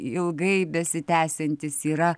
ilgai besitęsiantis yra